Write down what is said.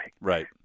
Right